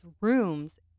rooms